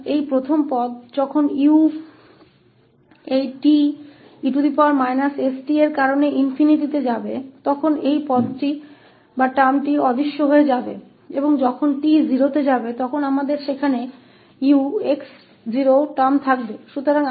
तो यह पहला पद जब u जब यह t e st के कारण ∞ पर जाता है तो यह पद लुप्त हो जाएगा और जब t 0 हो जाएगा तब हमारे पास 𝑥 0 पद होगा